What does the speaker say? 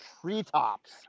Treetops